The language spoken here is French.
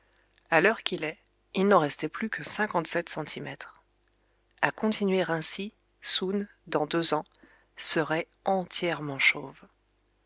a l'heure qu'il est il n'en restait plus que cinquante-sept centimètres a continuer ainsi soun dans deux ans serait entièrement chauve